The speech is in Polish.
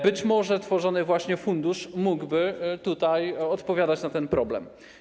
Być może tworzony właśnie fundusz mógłby odpowiadać na ten problem.